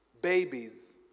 Babies